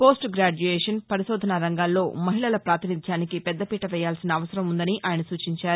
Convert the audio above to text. post graduation పరిశోధన రంగాల్లో మహిళల పాతినిధ్యానికి పెద్ద పీట వేయాల్సిన అవసరం ఉందని ఆయన సూచించారు